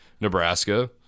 Nebraska